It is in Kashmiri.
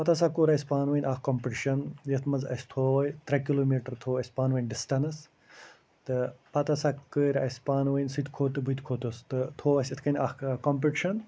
پَتہٕ ہَسا کوٚر اسہِ پانہٕ ؤنۍ اکھ کَمپِٹِشَن یتھ مَنٛز اسہِ تھوٚو ترےٚ کِلومیٖٹر تھوٚو اسہِ پانہ ؤنۍ ڈِسٹَنس تہٕ پَتہٕ ہَسا کٔر اسہِ پانی ؤنۍ سُہ تہِ کھوٚت تہٕ بہٕ تہِ کھوٚتُس تھوٚو اسہِ یِتھ کنۍ اکھ کَمپِٹِشَن